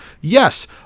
Yes